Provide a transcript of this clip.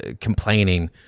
complaining